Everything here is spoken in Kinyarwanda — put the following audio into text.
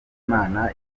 imana